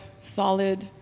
solid